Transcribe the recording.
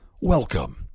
Welcome